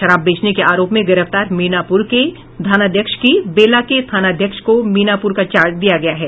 शराब बेचने के आरोप में गिरफ्तार मीनापुर के थानाध्यक्ष की जगह बेला के थानाध्यक्ष को मीनापुर का चार्ज दिया गया है